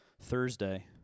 Thursday